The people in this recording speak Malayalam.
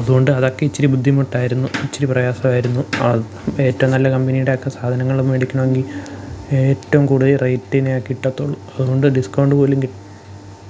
അതുകൊണ്ട് അതൊക്കെ ഇച്ചിരി ബുദ്ധിമുട്ടായിരുന്നു ഇച്ചിരി പ്രയാസമായിരുന്നു അത് ഏറ്റവും നല്ല കമ്പനിയുടെയൊക്കെ സാധനങ്ങള് മേടിക്കണമെങ്കില് ഏറ്റവും കൂടിയ റേറ്റിനേ കിട്ടത്തുള്ളു അതുകൊണ്ട് ഡിസ്കൗണ്ട് പോലും കി